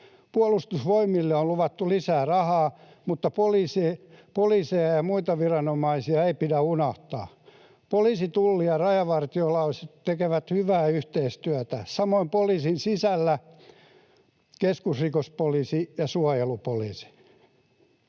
Puolustusvoimille on luvattu lisää rahaa, mutta poliiseja ja muita viranomaisia ei pidä unohtaa. Poliisi, Tulli ja Rajavartiolaitos tekevät hyvää yhteistyötä, samoin poliisin sisällä keskusrikospoliisi ja suojelupoliisi,